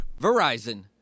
Verizon